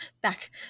back